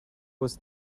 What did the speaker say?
was